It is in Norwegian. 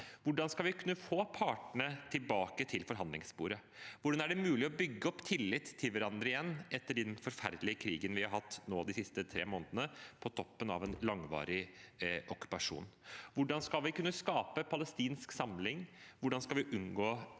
Hvordan skal vi kunne få partene tilbake til forhandlingsbordet? Hvordan er det mulig å bygge opp tillit til hverandre igjen etter den forferdelige krigen vi har hatt nå de siste tre månedene, på toppen av en langvarig okkupasjon? Hvordan skal vi kunne skape palestinsk samling? Hvordan skal vi unngå